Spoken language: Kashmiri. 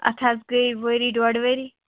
اَتھ حظ گٔے ؤری ڈۄڈ ؤری